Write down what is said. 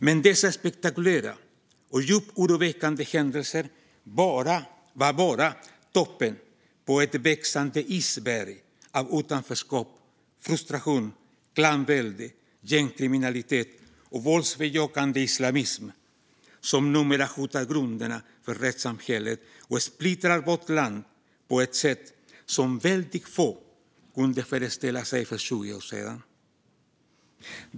Men dessa spektakulära och djupt oroväckande händelser var bara toppen på ett växande isberg av utanförskap, frustration, klanvälde, gängkriminalitet och våldsbejakande islamism som numera hotar grunderna för rättssamhället och splittrar vårt land på ett sätt som väldigt få kunde föreställa sig för 20 år sedan.